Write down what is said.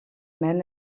men